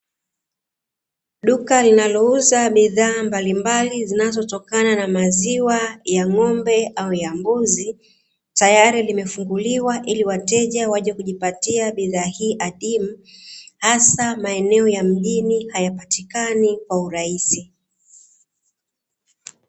Duka linalouza bidhaa mbalimbali zinazotokana na maziwa ya ng'ombe au ya mbuzi, tayari limefunguliwa ili wateja waje kujipatia bidhaa hii adimu, hasa maeneo ya mjini hayapatikani kwa urahisi.